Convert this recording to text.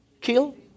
kill